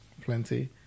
plenty